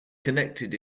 connected